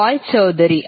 Roy Chowdhury